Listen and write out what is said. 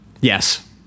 yes